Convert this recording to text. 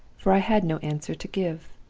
for i had no answer to give.